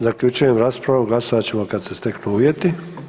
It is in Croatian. Zaključujem raspravu, glasovat ćemo kada se steknu uvjeti.